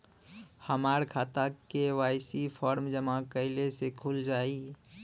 हमार खाता KYC form जमा कइले से खुल जाई?